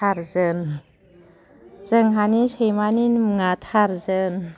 टारजोन जोंहानि सैमानि नुङा टारजोन